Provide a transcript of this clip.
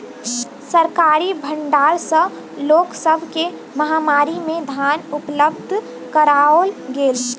सरकारी भण्डार सॅ लोक सब के महामारी में धान उपलब्ध कराओल गेल